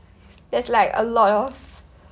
there's like a lot of